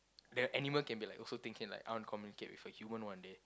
the animal can be like also thinking like I want to communicate with a human one day